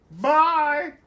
Bye